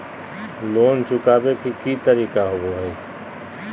Loan चुकाबे के की तरीका होबो हइ?